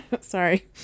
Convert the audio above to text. Sorry